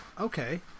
okay